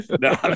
No